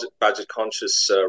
budget-conscious